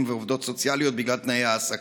ועובדות סוציאליות בגלל תנאי העסקה.